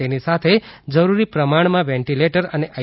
તેની સાથે જરૂરી પ્રમાણમાં વેન્ટિલેટર અને આઇ